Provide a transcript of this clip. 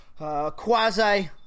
Quasi